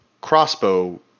crossbow